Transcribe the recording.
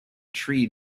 tree